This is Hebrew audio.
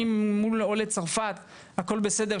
אם מול עולי צרפת הכול בסדר,